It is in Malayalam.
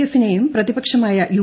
എഫിനെയും പ്രതിപക്ഷമായ യു